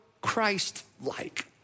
Christ-like